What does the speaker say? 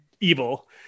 evil